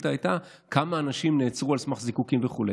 השאילתה הייתה כמה אנשים נעצרו על סמך זיקוקים וכו'.